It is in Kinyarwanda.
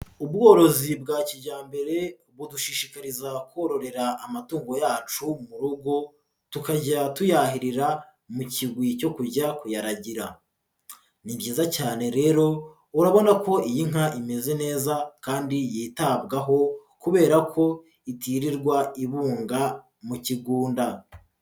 Ubworozi bwa kijyambere budushishikariza kororera amatungo yacu mu rugo tukajya tuyahirira mu kigwi cyo kujya kuyaragira. Ni byiza cyane rero urabona ko iyi nka imeze neza kandi yitabwaho kubera ko itirirwa ibunga mu kigunda.